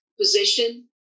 position